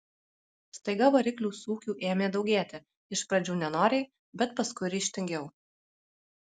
staiga variklių sūkių ėmė daugėti iš pradžių nenoriai bet paskui ryžtingiau